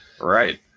Right